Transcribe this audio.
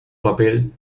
papel